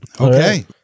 Okay